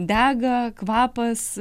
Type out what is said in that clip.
dega kvapas